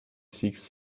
seeks